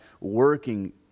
working